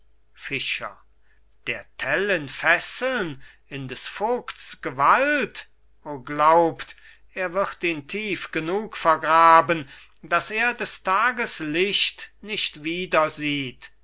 fischer der tell in fesseln in des vogts gewalt o glaubt er wird ihn tief genug vergraben dass er des tages licht nicht wiedersieht